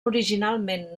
originalment